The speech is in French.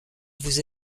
vous